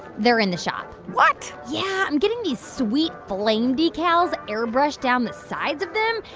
they're in the shop what? yeah. i'm getting these sweet flame decals airbrushed down the sides of them.